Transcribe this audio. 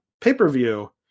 pay-per-view